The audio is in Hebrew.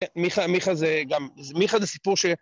מיכה זה גם, מיכה זה סיפור ש...